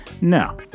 No